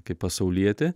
kaip pasaulietė